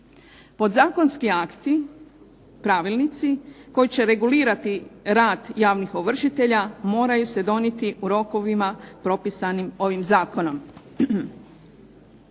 Podzakonski akti pravilnici, koji će regulirati rad javnih ovršitelja moraju se donijeti u rokovima propisanim ovim zakonom.